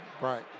Right